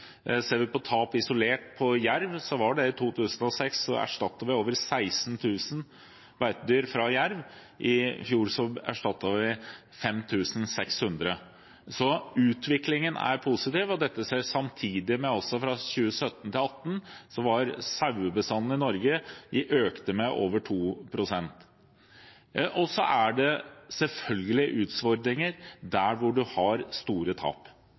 Ser vi på tap isolert til jerv, erstattet vi i 2006 over 16 000 beitedyr. I fjor erstattet vi 5 600 dyr. Så utviklingen er positiv, og dette skjer samtidig med at fra 2017 til 2018 økte sauebestanden i Norge med over 2 pst. Det er selvfølgelig utfordringer der hvor man har store tap.